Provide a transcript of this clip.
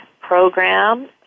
program